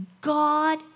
God